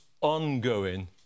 ongoing